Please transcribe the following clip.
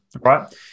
Right